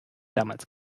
damals